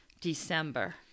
december